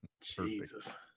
jesus